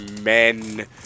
men